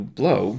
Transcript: blow